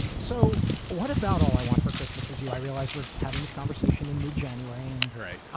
so what about all i want for christmas is you i realize we're having this conversation in mid-january and right,